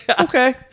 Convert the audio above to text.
okay